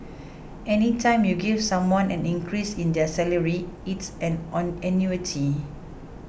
any time you give someone an increase in their salary it's an annuity